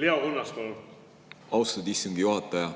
Leo Kunnas, palun! Austatud istungi juhataja!